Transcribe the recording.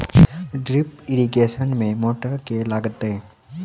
Drip irrigation मे motor केँ लागतै?